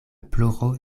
ploro